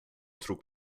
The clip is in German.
trug